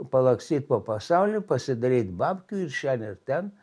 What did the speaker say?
palakstyt po pasaulį pasidaryt bapkių ir šian ir ten